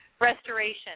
restoration